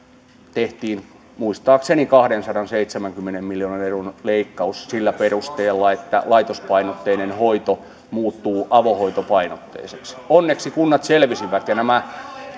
tehtiin muistaakseni kahdensadanseitsemänkymmenen miljoonan euron leikkaus sillä perusteella että laitospainotteinen hoito muuttuu avohoitopainotteiseksi onneksi kunnat selvisivät ja nämä